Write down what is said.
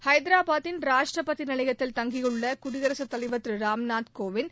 ஹைதராபாதின் ராஷ்ட்ரபதி நிலையத்தில் தங்கியுள்ள குடியரகத்தலைவா் திரு ராம்நாத் கோவிந்த்